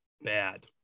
bad